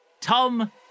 Tom